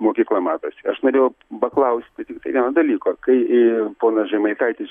mokykla matosi aš norėjau paklausti tiktai vieno dalyko kai ponas žemaitaitis